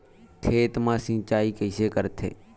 खेत मा सिंचाई कइसे करथे?